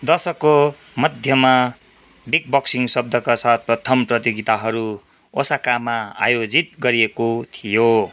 दशकको मध्यमा किकबक्सिङ शब्दका साथ प्रथम प्रतियोगिताहरू असाकामा आयोजित गरिएको थियो